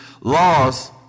laws